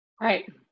Right